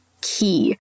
key